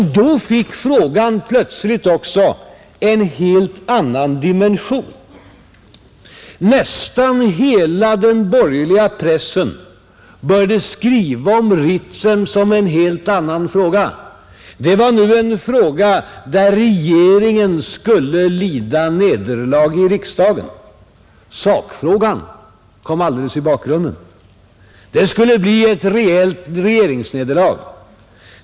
Då fick frågan plötsligt en helt annan dimension. Nästan hela den borgerliga pressen började skriva om Ritsem som en helt annan fråga; det var nu en fråga där regeringen skulle lida nederlag i riksdagen, Sakfrågan kom alldeles i bakgrunden — det skulle bli ett rejält regeringsnederlag.